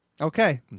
Okay